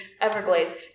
Everglades